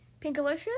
Pinkalicious